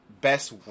best